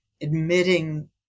admitting